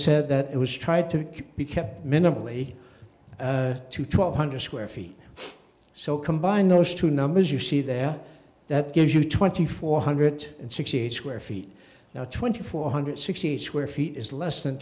said that it was tried to be kept minimally to twelve hundred square feet so combine those two numbers you see there that gives you twenty four hundred and sixty eight square feet now twenty four hundred sixty square feet is less than